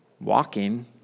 walking